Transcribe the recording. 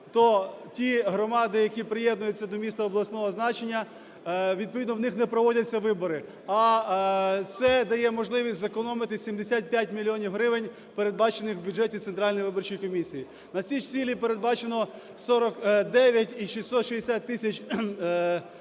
то ті громади, які приєднуються до міста обласного значення, відповідно в них не проводяться вибори. А це дає можливість зекономити 75 мільйонів гривень, передбачених в бюджеті Центральної виборчої комісії. На ці ж цілі передбачено 49 мільйонів